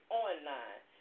online